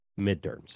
Midterms